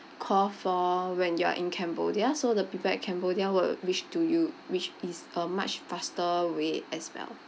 call for when you are in cambodia so the people at cambodia were reach to you which is a much faster way as well